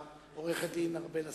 עורכת-דין ארבל אסטרחן,